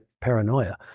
paranoia